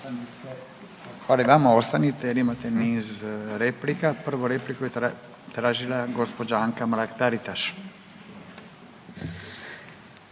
Fala i vama, ostanite jer imate niz replika. Prvu repliku je tražila gđa. Anka Mrak-Taritaš.